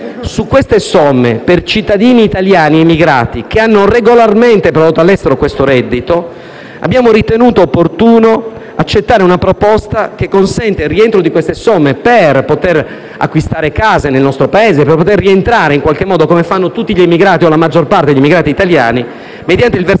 a queste somme, per cittadini italiani emigrati che hanno regolarmente prodotto all'estero il loro reddito, abbiamo ritenuto opportuno accettare una proposta che consente il rientro delle suddette per poter acquistare case nel nostro Paese, al fine di rientrare, come fanno tutti gli emigrati o la maggior parte degli emigrati italiani, mediante il versamento